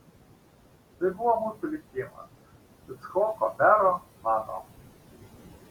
tai buvo mūsų likimas icchoko mero mano